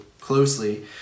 closely